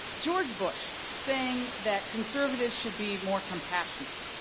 george bush saying that conservatives should be more compassionate.